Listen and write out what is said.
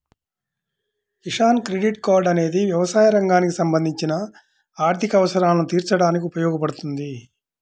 Kisan credit card అనేది వ్యవసాయ రంగానికి సంబంధించిన ఆర్థిక అవసరాలను తీర్చడానికి ఉపయోగపడుతుంది